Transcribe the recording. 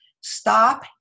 Stop